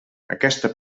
aquesta